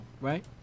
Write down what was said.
right